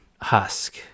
Husk